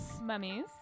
Mummies